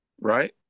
Right